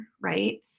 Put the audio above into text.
right